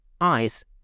eyes